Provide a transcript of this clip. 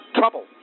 trouble